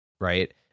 right